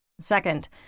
Second